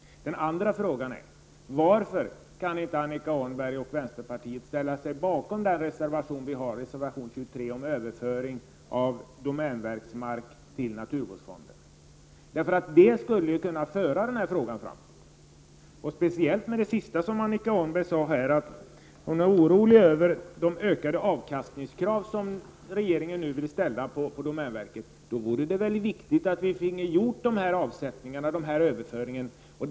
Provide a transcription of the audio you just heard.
Den andra frågan är: Varför kan inte Annika Åhnberg och vänsterpartiet ställa sig bakom reservation 23 om överföring av domänverksmark till naturvårdsfonden? Det skulle ju kunna föra den här frågan framåt. Speciellt med tanke på det som Annika Åhnberg sade i slutet av sitt anförande, att hon är orolig över de ökade avkastningskrav som regeringen nu vill ställa på domänverket, vore det väl viktigt att denna överföring gjordes.